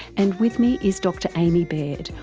and with me is dr amee baird,